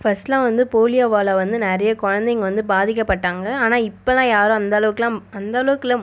ஃபர்ஸ்டுலாம் வந்து போலியோவால் வந்து நிறைய குழந்தைங்க வந்து பாதிக்க பட்டாங்க ஆனால் இப்போலாம் யாரும் அந்தளவுக்குலாம் அந்தளவுக்குலாம்